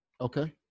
Okay